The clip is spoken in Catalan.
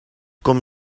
com